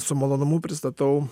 su malonumu pristatau